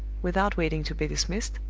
without waiting to be dismissed,